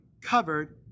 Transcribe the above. covered